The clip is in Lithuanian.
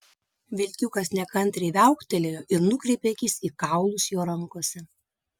vilkiukas nekantriai viauktelėjo ir nukreipė akis į kaulus jo rankose